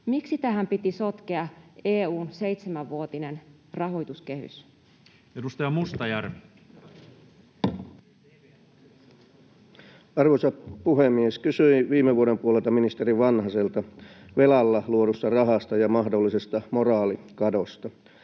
Miksi tähän piti sotkea EU:n seitsemänvuotinen rahoituskehys? Edustaja Mustajärvi. Arvoisa puhemies! Kysyin viime vuoden puolella ministeri Vanhaselta velalla luodusta rahasta ja mahdollisesta moraalikadosta.